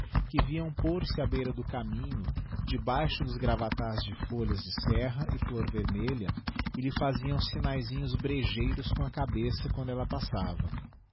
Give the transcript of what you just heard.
que vinham pôr-se á beira do caminho debaixo dos gravatas de folhas de sen a e flor vermelha e lhe faziam signaesinhos bregeiros com a cabeça quando ella passava